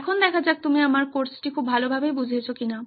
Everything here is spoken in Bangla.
এখন দেখা যাক তুমি আমার কোর্সটি খুব ভালোভাবে বুঝেছো কিনা